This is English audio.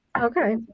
Okay